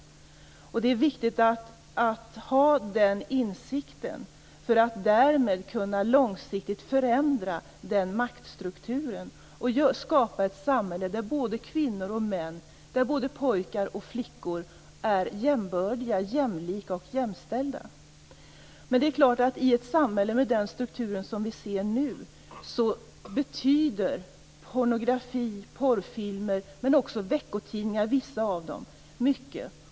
Det är viktigt att ha den insikten för att man långsiktigt skall kunna förändra den maktstrukturen och skapa ett samhälle där både kvinnor och män, där både pojkar och flickor är jämbördiga, jämlika och jämställda. Men i ett samhälle med den struktur som vi nu kan se betyder pornografi och porrfilmer, men också vissa veckotidningar mycket.